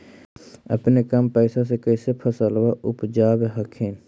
अपने कम पैसा से कैसे फसलबा उपजाब हखिन?